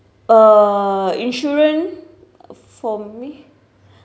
uh insurance for me